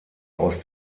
aus